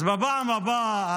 אז בפעם הבאה,